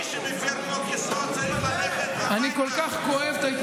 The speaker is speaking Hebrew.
מי שמפר חוק-יסוד צריך ללכת הביתה.